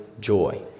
joy